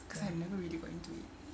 cause never really got into it